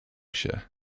się